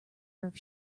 earth